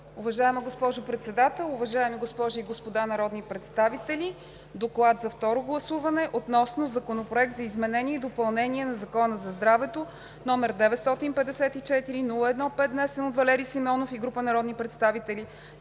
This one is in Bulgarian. Уважаема госпожо Председател, уважаеми госпожи и господа народни представители! „Доклад за второ гласуване относно Законопроект за изменение и допълнение на Закона за здравето, № 954-01-5, внесен от Валери Симеонов и група народни представители